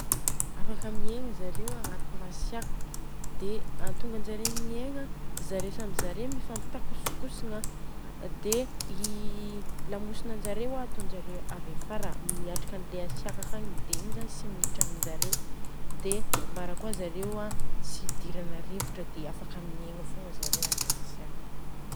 Afaka miegna zareo agnatina hatsiaka dia ahatonga anjareo miegna zareo samby zareo mifampitakosikosigna an, dia i lamosinanjareo atônjareo avy afara miatrika anle hatsiaka akagny dia igny zany ts miditra aminjareo. Dia mbarakôa zareo an tsy hidirana rivotra dia afaka miegna fogna zareo aminatsiaka.